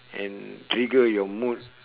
can trigger your mood